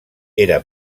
era